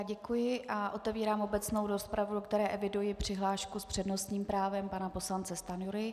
Děkuji a otevírám obecnou rozpravu, do které eviduji přihlášku s přednostním právem pana poslance Stanjury.